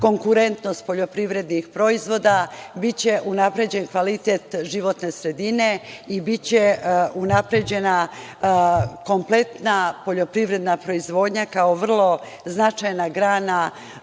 konkurentnost poljoprivrednih proizvoda, biće unapređen kvalitet životne sredine i biće unapređena kompletna poljoprivredna proizvodnja kao vrlo značajna grana